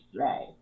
right